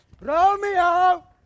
Romeo